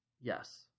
yes